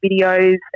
videos